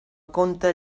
conte